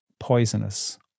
poisonous